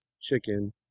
chicken